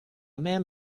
man